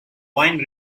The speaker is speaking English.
wine